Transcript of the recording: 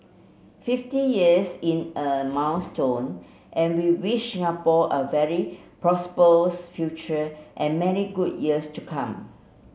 fifty years in a milestone and we wish Singapore a very prosperous future and many good years to come